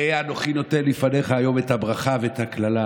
ראה אנוכי נותן לפניך היום את הברכה ואת הקללה,